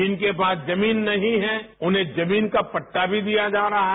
जिनके पास जमीन नहीं है उन्हें जमीन का पट्टा भी दिया जा रहा है